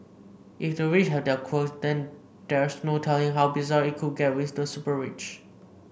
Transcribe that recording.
if the rich have their quirk then there's no telling how bizarre it could get with the super rich